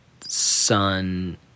son